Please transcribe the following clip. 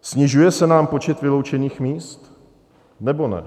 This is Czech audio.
Snižuje se nám počet vyloučených míst, nebo ne?